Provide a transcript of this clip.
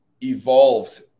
evolved